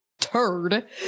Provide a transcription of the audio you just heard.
turd